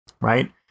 right